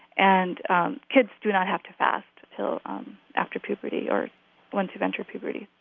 and um kids do not have to fast until um after puberty or once you've entered puberty.